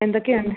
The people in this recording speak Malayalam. എന്തൊക്കെ ഉണ്ട്